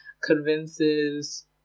convinces